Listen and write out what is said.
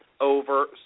over